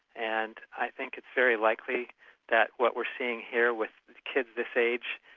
and i think it's very likely that what we're seeing here with kids this age,